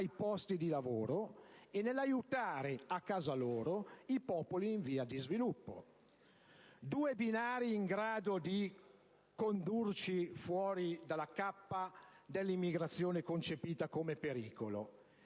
ai posti di lavoro e nell'aiutare a casa loro i popoli in via di sviluppo, due binari in grado di condurci fuori dalla cappa dell'immigrazione concepita come pericolo.